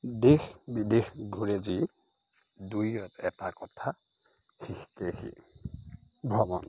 দেশ বিদেশ ঘূৰে যি দুই এটা কথা শিকে সি ভ্ৰমণ